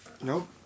Nope